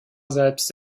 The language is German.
selbst